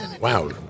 Wow